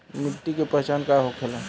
मिट्टी के पहचान का होखे ला?